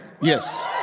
Yes